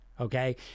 okay